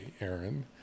Aaron